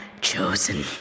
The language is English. chosen